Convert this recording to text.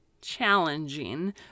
challenging